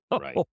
Right